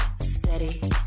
steady